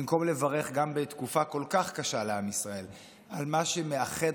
במקום לברך גם בתקופה כל כך קשה לעם ישראל על מה שמאחד